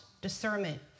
discernment